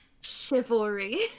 Chivalry